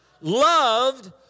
Loved